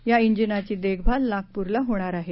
या इंजिनाची देखभाल नागपूरला होणार आहे